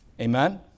Amen